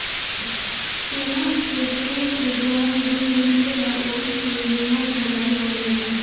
सेमर के पेड़ से जवन रूई निकलेला ओई से निमन रजाई बनेला